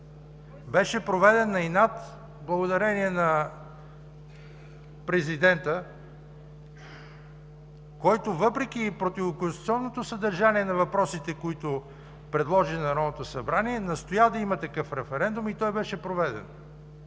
беше проведен на инат, благодарение на президента, който, въпреки противоконституционното съдържание на въпросите, които предложи на Народното събрание, настоя да има такъв референдум и той беше проведен.